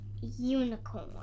Unicorn